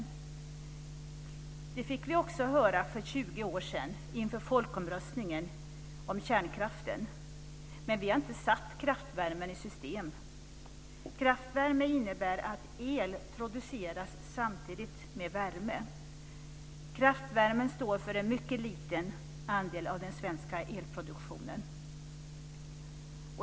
Det fick vi också höra för 20 år sedan inför folkomröstningen om kärnkraften. Men vi har inte satt kraftvärmen i system. Kraftvärme innebär att el produceras samtidigt med värme. Kraftvärmen står för en mycket liten andel av den svenska elproduktionen.